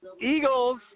Eagles